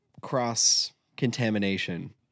cross-contamination